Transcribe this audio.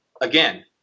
again